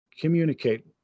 communicate